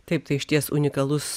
taip tai išties unikalus